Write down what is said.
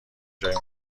جای